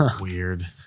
Weird